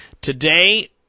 Today